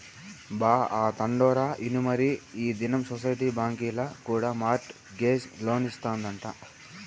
బా, ఆ తండోరా ఇనుమరీ ఈ దినం సొసైటీ బాంకీల కూడా మార్ట్ గేజ్ లోన్లిస్తాదంట